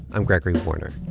i'm gregory warner.